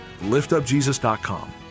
liftupjesus.com